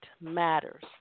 matters